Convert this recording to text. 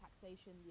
taxation